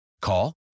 Call